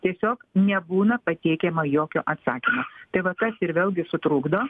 tiesiog nebūna patiekiama jokio atsakymo tai va tas ir vėlgi sutrukdo